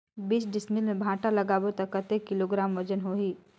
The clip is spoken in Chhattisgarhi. बीस डिसमिल मे भांटा लगाबो ता कतेक किलोग्राम वजन होही?